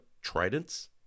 tridents